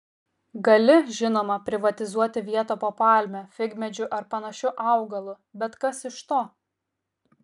gali žinoma privatizuoti vietą po palme figmedžiu ar panašiu augalu bet kas iš to